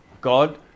God